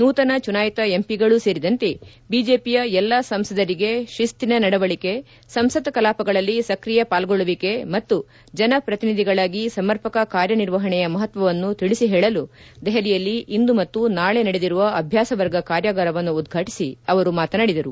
ನೂತನ ಚುನಾಯಿತ ಎಂಪಿಗಳೂ ಸೇರಿದಂತೆ ಬಿಜೆಪಿಯ ಎಲ್ಲ ಸಂಸದರಿಗೆ ಶಿಸ್ತಿನ ನಡವಳಿಕೆ ಸಂಸತ್ ಕಲಾಪಗಳಲ್ಲಿ ಸ್ಕ್ರಿಯ ಪಾಲ್ಗೊಳ್ಬುವಿಕೆ ಮತ್ತು ಜನಪ್ರತಿನಿಧಿಗಳಾಗಿ ಸಮರ್ಪಕ ಕಾರ್ಯ ನಿರ್ವಹಣೆಯ ಮಹತ್ವವನ್ನು ತಿಳಿಸಿ ಹೇಳಲು ದೆಹಲಿಯಲ್ಲಿ ಇಂದು ಮತ್ತು ನಾಳೆ ನಡೆದಿರುವ ಅಭ್ವಾಸವರ್ಗ ಕಾರ್ಯಾಗಾರವನ್ನು ಉದ್ವಾಟಿಸಿ ಅವರು ಮಾತನಾಡಿದರು